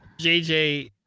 JJ